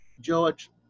George